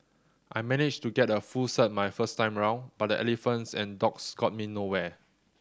I managed to get a full cert my first time round but the Elephants and Dogs got me nowhere